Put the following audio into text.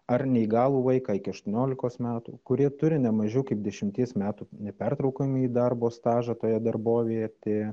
ar neįgalų vaiką iki aštuoniolikos metų kurie turi nemažiau kaip dešimties metų nepertraukiamąjį darbo stažą toje darbovietėje